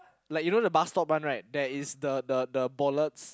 like you know the bus stop one right there is the the the bollards